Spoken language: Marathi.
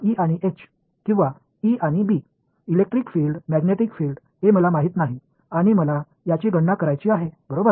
ई आणि एच किंवा ई आणि B electric field magnetic field हे मला माहित नाही आणि मला याची गणना करायची आहे बरोबर